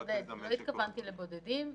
לא התכוונתי לבודדים.